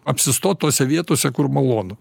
apsistot tose vietose kur malonu